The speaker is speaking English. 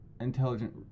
intelligent